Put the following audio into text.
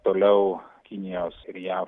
toliau kinijos ir jav